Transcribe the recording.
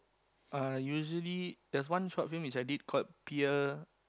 uh usually there's one short film which I did called peer